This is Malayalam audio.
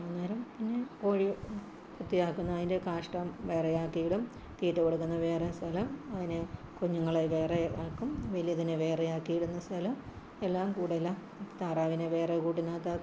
അന്നേരം പിന്നെ കോഴി വൃത്തിയാക്കുന്ന അതിൻ്റെ കാഷ്ടം വേറെയാക്കിയിടും തീറ്റ കൊടുക്കുന്ന വേറെ സ്ഥലം അങ്ങനെ കുഞ്ഞുങ്ങളെ വേറെ ആക്കും വലിയതിനെ വേറെയാക്കിയിടുന്ന സ്ഥലം എല്ലാം കൂടെയല്ല താറാവിനെ വേറെ കൂടിനകത്താക്കും